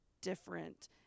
different